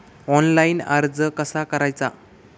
Online कर्ज कसा करायचा?